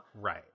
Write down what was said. right